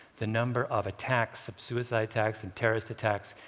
the number of attacks, of suicide attacks and terrorist attacks,